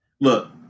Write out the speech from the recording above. Look